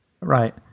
right